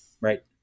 Right